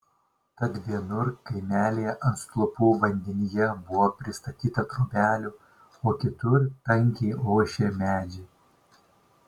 tad vienur kaimelyje ant stulpų vandenyje buvo pristatyta trobelių o kitur tankiai ošė medžiai